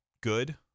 good